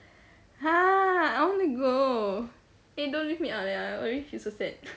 !huh! I want to go eh don't leave me out eh I already feel so sad